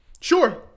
Sure